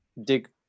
dig